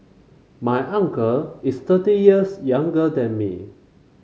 my uncle is thirty years younger than me